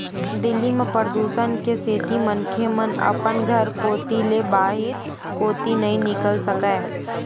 दिल्ली म परदूसन के सेती मनखे मन अपन घर कोती ले बाहिर कोती नइ निकल सकय